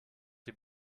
die